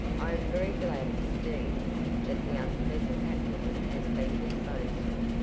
i am very glad indeed that the unpleasant happening has been disposed of.